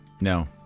no